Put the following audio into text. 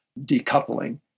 decoupling